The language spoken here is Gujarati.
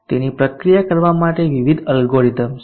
તેની પ્રક્રિયા કરવા માટે વિવિધ અલ્ગોરિધમ્સ છે